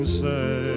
say